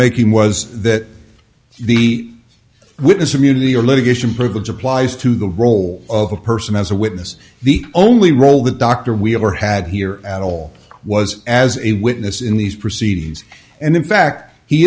making was that the witness immunity or litigation privilege applies to the role of a person as a witness the only role that dr wheeler had here at all was as a witness in these proceedings and in fact he